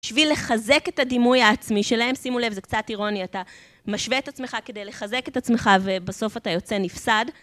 בשביל לחזק את הדימוי העצמי שלהם, שימו לב, זה קצת אירוני, אתה משווה את עצמך כדי לחזק את עצמך ובסוף אתה יוצא נפסד.